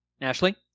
Ashley